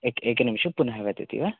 एक एकनिमिशं पुनः वदति वा